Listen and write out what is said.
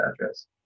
address